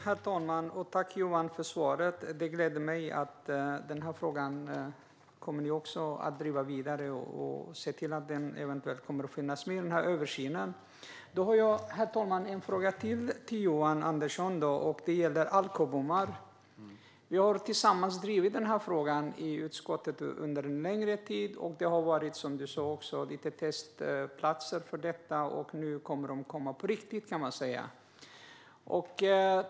Herr talman! Tack, Johan, för svaret! Det gläder mig att ni kommer att driva denna fråga vidare och se till att den eventuellt kommer att finnas med i översynen. Jag har, herr talman, ytterligare en fråga till Johan Andersson; det gäller alkobommar. Vi har tillsammans drivit denna fråga i utskottet under en längre tid. Det har, som du också sa, funnits testplatser för detta, och nu kommer de att komma på riktigt.